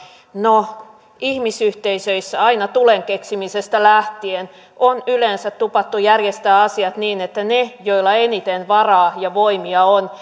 no ihmisyhteisöissä aina tulen keksimisestä lähtien on yleensä tupattu järjestää asiat niin että ne joilla eniten varaa ja voimia on